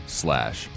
slash